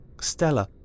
Stella